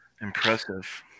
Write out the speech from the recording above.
Impressive